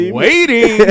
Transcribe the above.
waiting